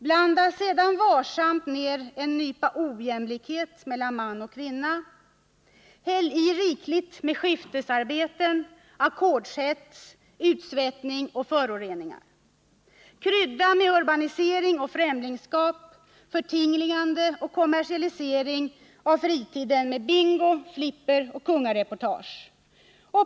Blanda sedan varsamt ner en nypa ojämlikhet mellan man och kvinna, häll i rikligt med skiftarbeten, ackordshets, utsvettning och föroreningar. Krydda med urbanisering och främlingskap, förtinglingande och kommersialisering av fritiden med bingo, flipper och kungareportage.